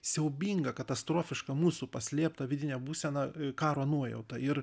siaubinga katastrofiška mūsų paslėpta vidine būsena karo nuojauta ir